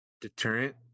deterrent